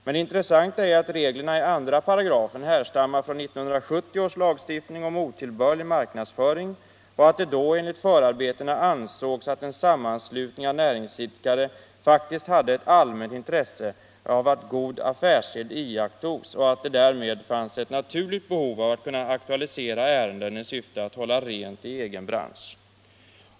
Men det intressanta är att reglerna i 2 § härstammar från 1970 års lagstiftning om otillbörlig marknadsföring och att det då enligt förarbeten ansågs att en sammanslutning av näringsidkare faktiskt hade ett allmänt intresse av att god affärssed iakttogs och att det därmed fanns ett naturligt behov av att kunna aktualisera ärenden i syfte att hålla rent i egen bransch.